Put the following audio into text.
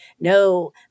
No